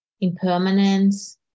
Impermanence